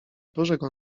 bożego